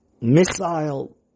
missile